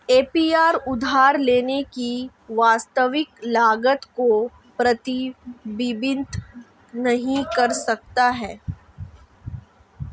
APR उधार लेने की वास्तविक लागत को प्रतिबिंबित नहीं कर सकता है